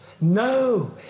No